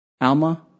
Alma